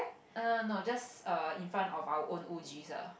err no just err in front of our own O_G ah